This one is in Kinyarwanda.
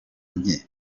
nke